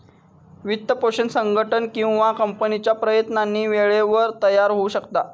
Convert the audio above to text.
वित्तपोषण संघटन किंवा कंपनीच्या प्रयत्नांनी वेळेवर तयार होऊ शकता